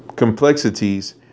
complexities